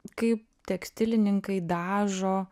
kaip tekstilininkai dažo